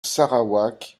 sarawak